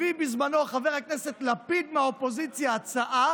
הביא בזמנו חבר הכנסת לפיד מהאופוזיציה הצעה